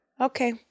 Okay